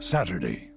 Saturday